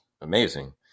amazing